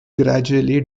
gradually